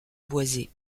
boisé